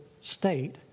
state